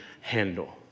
handle